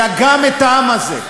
אלא גם את העם הזה.